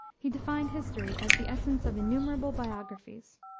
he defined history as the essence of innumerable biographies.